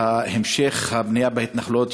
והמשך הבנייה בהתנחלויות,